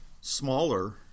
smaller